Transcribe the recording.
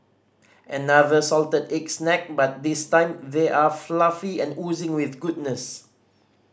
another salted egg snack but this time they are fluffy and oozing with goodness